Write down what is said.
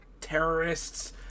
Terrorists